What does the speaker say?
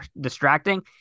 distracting